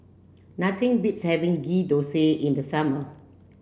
nothing beats having ghee thosai in the summer